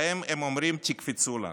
להם הם אומרים: תקפצו לנו.